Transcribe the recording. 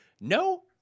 no